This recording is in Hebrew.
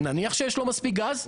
ונניח שיש לו מספיק גז,